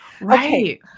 right